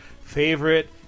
favorite